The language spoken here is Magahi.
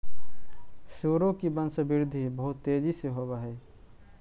सुअरों की वंशवृद्धि बहुत तेजी से होव हई